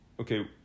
okay